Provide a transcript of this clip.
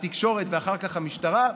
התקשורת ואחר כך המשטרה?